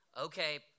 okay